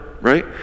right